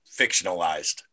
fictionalized